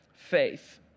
faith